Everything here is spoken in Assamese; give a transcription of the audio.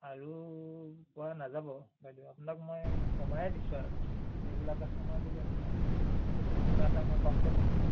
আৰু পৰা নাযাব বাইদেউ আপোনাক মই কমায়ে দিছোঁ আৰু ৰেগুলাৰ কাষ্টমাৰ বুলি আপোনাক পঁচিশ টকা এটা মই কমকৈ লৈছোঁ